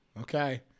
Okay